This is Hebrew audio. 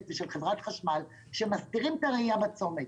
ושל חברת חשמל שמסתירים את הראייה בצומת,